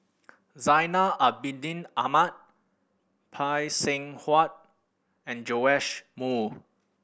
Zainal Abidin Ahmad Phay Seng Whatt and Joash Moo